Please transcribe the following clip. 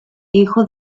hijo